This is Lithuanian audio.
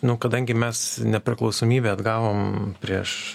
nu kadangi mes nepriklausomybę atgavom prieš